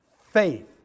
Faith